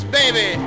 baby